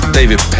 David